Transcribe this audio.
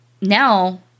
now